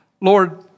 Lord